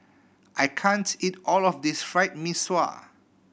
I can't eat all of this Fried Mee Sua